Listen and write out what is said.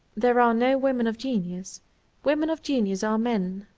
there are no women of genius women of genius are men?